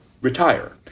retire